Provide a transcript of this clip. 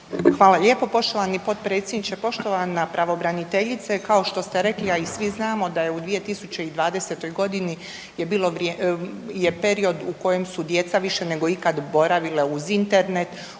Hvala lijepo poštovani potpredsjedniče. Poštovana pravobraniteljice. Kao što ste rekli, a i svi znamo da je u 2020.g. je period u kojem su djeca više nego ikad boravila uz Internet,